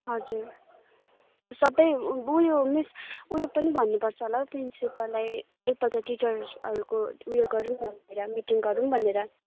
हजुर सबै उयो मिस उयो पनि भन्नुपर्छ होला हौ प्रिन्सिपललाई एकपल्ट टिचरहरूको उयो गरौँ भनेर मिटिङ गरौँ भनेर